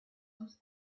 sus